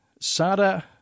Sada